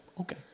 Okay